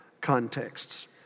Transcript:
contexts